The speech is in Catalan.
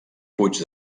puig